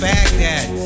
Baghdad